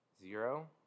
zero